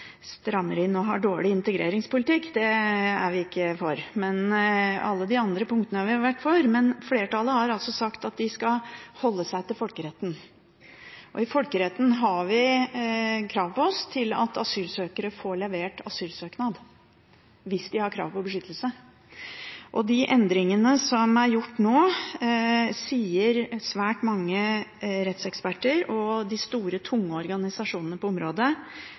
inn og har dårlig integreringspolitikk, det er vi ikke for, men alle de andre punktene er vi for. Flertallet har sagt at de skal holde seg til folkeretten. Etter folkeretten er det krav til oss om at asylsøkere får levert asylsøknad, hvis de har krav på beskyttelse. De endringene som er gjort nå, sier svært mange rettseksperter og store tunge organisasjoner på området,